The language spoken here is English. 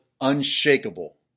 Unshakable